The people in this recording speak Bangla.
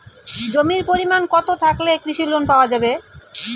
জমির পরিমাণ কতো থাকলে কৃষি লোন পাওয়া যাবে?